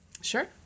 Sure